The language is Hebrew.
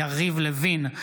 אינו נוכח יריב לוין,